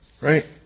Right